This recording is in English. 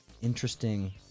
interesting